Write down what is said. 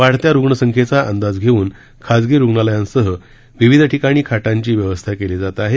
वाढत्या रुग्णसंख्येचा अंदाज घेऊन खाजगी रूग्णालयांसह विविध ठिकाणी खाटांची व्यवस्था केली जात आहे